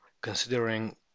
considering